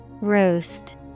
Roast